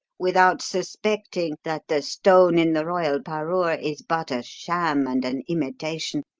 without suspecting that the stone in the royal parure is but a sham and an imitation,